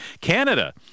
Canada